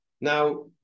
Now